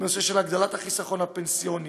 בנושא של הגדלת החיסכון הפנסיוני,